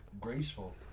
graceful